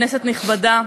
כנסת נכבדה,